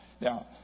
Now